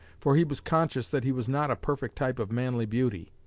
for he was conscious that he was not a perfect type of manly beauty.